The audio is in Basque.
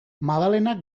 madalenak